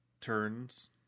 turns